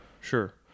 sure